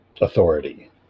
authority